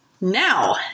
Now